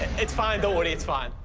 it's fine. don't worry. it's fine.